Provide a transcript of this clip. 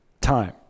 time